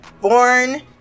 born